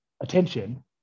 attention